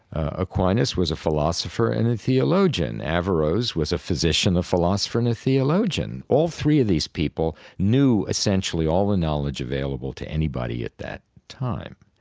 aquinas was a philosopher and a theologian. averroes was a physician, a philosopher and a theologian. all three of these people knew essentially all the knowledge available to anybody at that time.